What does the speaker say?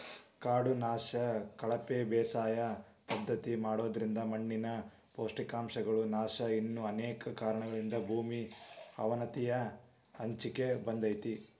ಕಾಡು ನಾಶ, ಕಳಪೆ ಬೇಸಾಯ ಪದ್ಧತಿ ಮಾಡೋದ್ರಿಂದ ಮಣ್ಣಿನ ಪೋಷಕಾಂಶಗಳ ನಾಶ ಇನ್ನು ಅನೇಕ ಕಾರಣಗಳಿಂದ ಭೂಮಿ ಅವನತಿಯ ಅಂಚಿಗೆ ಬಂದೇತಿ